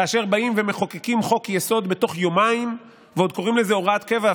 כאשר באים ומחוקקים חוק-יסוד בתוך יומיים ועוד קוראים לזה הוראת קבע,